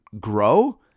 grow